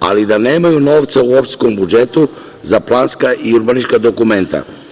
ali da nemaju novca u opštinskom budžetu za planska i urbanistička dokumenta.